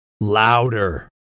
Louder